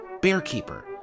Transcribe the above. Bearkeeper